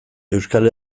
euskal